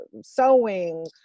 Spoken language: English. sewing